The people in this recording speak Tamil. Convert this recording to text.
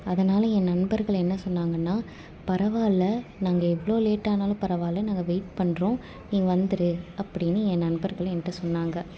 அதனால் என் நண்பர்கள் என்ன சொன்னாங்கனா பரவாயில்ல நாங்கள் எவ்வளவு லேட்டானாலும் பரவாயில்லை நாங்கள் வெயிட் பண்ணுறோம் நீ வந்துடு அப்படினு என் நண்பர்கள் என்ட்ட சொன்னாங்க